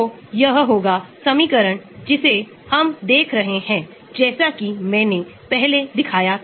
तो सभी समूह इसलिए अम्ल है यह अम्ल का रूप है यह Anion का रूप है